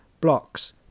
Blocks